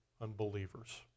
unbelievers